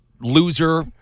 loser